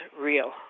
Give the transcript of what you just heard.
real